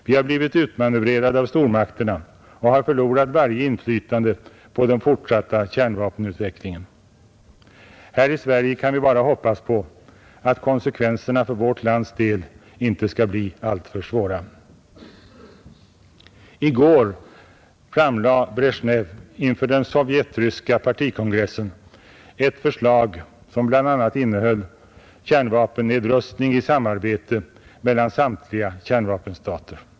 Vi har blivit utmanövrerade av stormakterna och har förlorat varje inflytande på den fortsatta kärnvapenutvecklingen. Här i Sverige kan vi bara hoppas på att konsekvenserna för vårt lands del inte skall bli alltför svåra. I går framlade Brezjnev inför den sovjetryska partikongressen ett förslag bl.a. om kärnvapennedrustning i samarbete mellan samtliga kärnvapenstater.